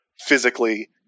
physically